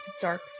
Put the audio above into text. dark